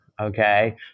Okay